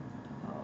好